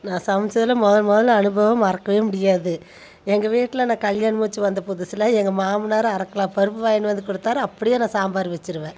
நான் சமைச்சதில் முதன் முதல்ல அனுபவம் மறக்கவே முடியாது எங்கள் வீட்டில் நான் கல்யாணம் முடிச்சி வந்த புதுசில் எங்கள் மாமனாரு அரைக் கிலோ பருப்பு வாங்கிட்டு வந்து கொடுத்தாரு அப்படியே நான் சாம்பார் வச்சிடுவேன்